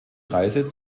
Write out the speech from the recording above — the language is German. reise